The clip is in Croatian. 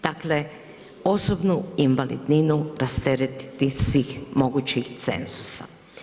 Dakle, osobnu invalidninu rasteretiti svih mogućih cenzusa.